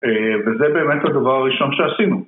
וזה באמת הדבר הראשון שעשינו